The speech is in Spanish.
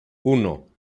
uno